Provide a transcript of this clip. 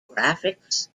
graphics